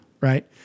right